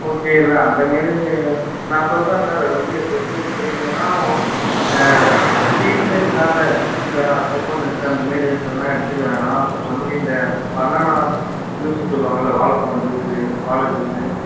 okay இல்லை அந்தமாரி நான் சொல்லுறேன் சார் அது வந்து இப்போ எப்படி எடுத்துக்கிறீங்கனா ஓ ஸ்வீட்ஸே இல்லாத ஃபுட்டாக பொபோனன்ஸு அந்தமாரி இருக்கிறதுலாம் எடுத்துக்க வேணாம் ஒன்லி இந்த பனானா ஜூஸு சொல்லுவாங்கல்ல வாழைப்பழம் ஜூஸு வாழை ஜூஸு